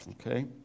okay